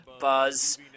Buzz